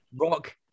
Rock